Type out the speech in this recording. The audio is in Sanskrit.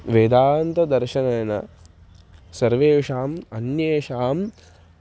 वेदान्तदर्शनेन सर्वेषाम् अन्येषां